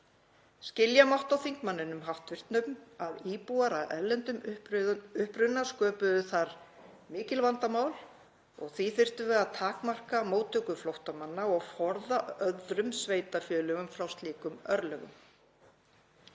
Skilja mátti á hv. þingmanni að íbúar af erlendum uppruna sköpuðu þar mikil vandamál og því þyrftum við að takmarka móttöku flóttamanna og forða öðrum sveitarfélögum frá slíkum örlögum.